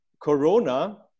Corona